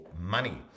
money